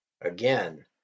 Again